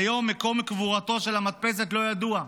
היום מקום קבורת המדפסת לא ידוע.